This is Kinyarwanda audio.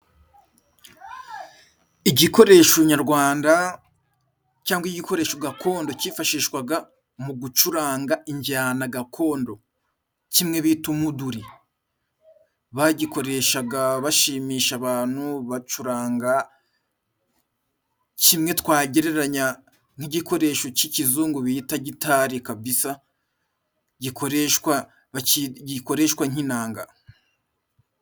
Igikoresho nyarwanda cyangwa igikoresho gakondo cyifashishwaga mu gucuranga injyana gakondo kimwe' bita umuduri. Bagikoreshaga bashimisha abantu bacuranga kimwe twagereranya n'igikoresho cy'ikizungu bita gitari kabisa, gikoreshwa gikoreshwa nk'inanga.